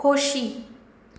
खोशी